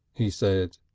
he said.